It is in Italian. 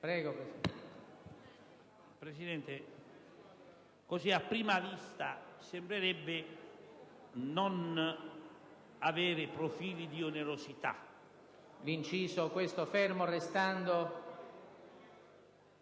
Presidente, così, a prima vista, sembrerebbe non comportare profili di onerosità.